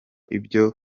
ibyo